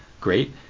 great